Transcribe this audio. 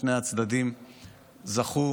משני הצדדים זכו